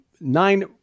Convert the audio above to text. Nine